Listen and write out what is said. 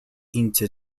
into